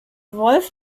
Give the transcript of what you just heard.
wolf